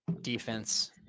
defense